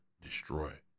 destroy